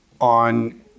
on